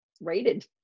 rated